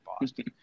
Boston